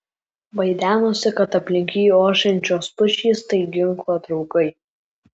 vaidenosi kad aplink jį ošiančios pušys tai ginklo draugai